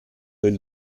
del